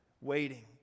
waiting